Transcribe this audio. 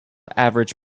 average